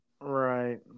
Right